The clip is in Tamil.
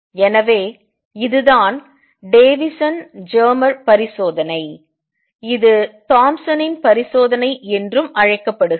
எனவே இதுதான் டேவிசன் ஜெர்மர் பரிசோதனை இது தாம்சனின் பரிசோதனை Thompson's experiment என்றும் அழைக்கப்படுகிறது